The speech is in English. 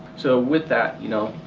so with that, you know